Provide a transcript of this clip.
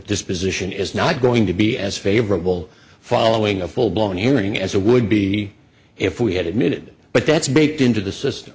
disposition is not going to be as favorable following a full blown hearing as a would be if we had admitted but that's baked into the system